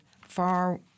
Far